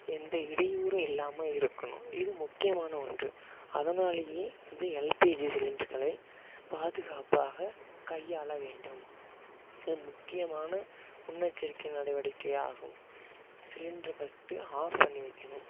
எந்த இடையூறும் இல்லாமல் இருக்கணும் இது முக்கியமான ஒன்று அதனாலயே இந்த எல்பிஜி சிலிண்டர்களை பாதுகாப்பாக கையாள வேண்டும் இது முக்கியமான முன்னெச்சரிக்கை நடவடிக்கை ஆகும் சிலிண்டரை ஃபர்ஸ்டு ஆஃப் பண்ணி வைக்கணும்